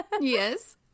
Yes